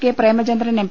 K Premachandran M